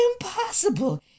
impossible